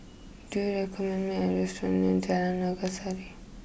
do you recommend me a restaurant near Jalan Naga Sari